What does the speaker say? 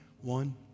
One